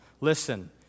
listen